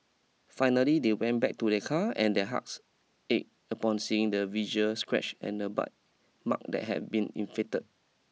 finally they went back to their car and their hearts ached upon seeing the visual scratch and the bite mark that had been inflicted